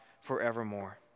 forevermore